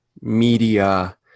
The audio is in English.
media